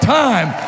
time